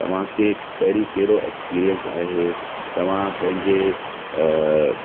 तव्हांखे पहिरीं कहिड़ो एक्स्पीरयंस आहे तव्हां पंहिंजे